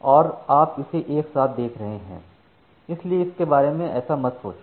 और आप इसे एक साथ देख रहे हैं इसलिए इसके बारे में ऐसा मत सोचो